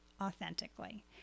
authentically